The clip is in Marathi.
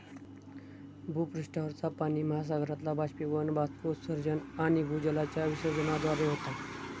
भूपृष्ठावरचा पाणि महासागरातला बाष्पीभवन, बाष्पोत्सर्जन आणि भूजलाच्या विसर्जनाद्वारे होता